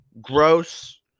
gross